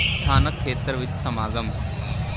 ਸਥਾਨਕ ਖੇਤਰ ਵਿੱਚ ਸਮਾਗਮ